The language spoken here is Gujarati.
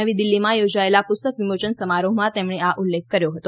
નવી દિલ્હીમાં યોજાયેલા પુસ્તક વિમોચન સમારોહમાં તેમણે આ ઉલ્લેખ કર્યો હતો